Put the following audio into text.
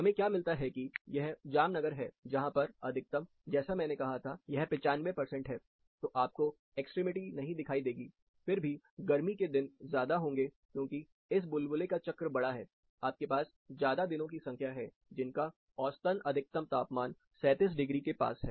हमें क्या मिलता है कि यह जामनगर है जहां पर अधिकतम जैसा मैंने कहा था यह 95 है तो आपको एक्सट्रीमिटी नहीं दिखाई देगी फिर भी गर्मी के दिन ज्यादा होंगे क्योंकि इस बुलबुले का चक्र बड़ा है आपके पास ज्यादा दिनों की संख्या है जिनका औसतन अधिकतम तापमान 37 डिग्री के पास है